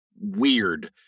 weird